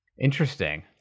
Interesting